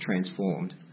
transformed